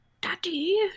Daddy